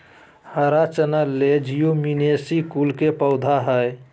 हरा चना लेज्युमिनेसी कुल के पौधा हई